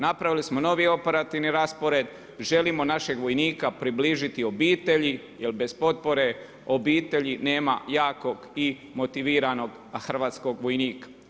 Napravili smo novi operativni raspored, želimo našeg vojnika približiti obitelji, jer bez potpore obitelji nema jakog i motiviranog hrvatskog vojnika.